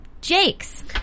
Jakes